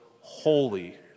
holy